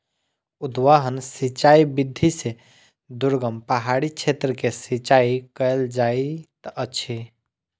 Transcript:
उद्वहन सिचाई विधि से दुर्गम पहाड़ी क्षेत्र में सिचाई कयल जाइत अछि